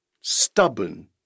stubborn